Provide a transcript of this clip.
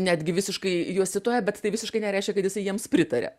netgi visiškai juos cituoja bet tai visiškai nereiškia kad jisai jiems pritaria